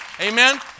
Amen